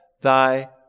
thy